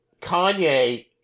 Kanye